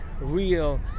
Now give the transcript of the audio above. real